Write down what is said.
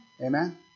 Amen